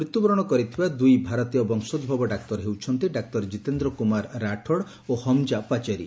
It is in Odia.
ମୃତ୍ୟୁବରଶ କରିଥିବା ଦୁଇ ଭାରତୀୟ ମୂଳ ଡାକ୍ତର ହେଉଛନ୍ତି ଡାକ୍ତର ଜିତେଦ୍ର କୁମାର ରାଥୋଡ ଓ ହମଜା ପାଚେରୀ